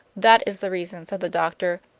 that is the reason, said the doctor.